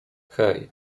hej